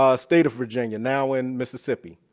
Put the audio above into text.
um state of virginia, now in mississippi.